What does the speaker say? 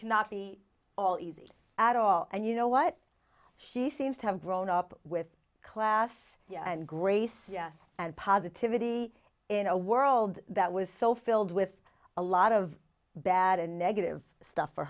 cannot be all easy at all and you know what she seems to have grown up with class and grace and positivity in a world that was so filled with a lot of bad and negative stuff for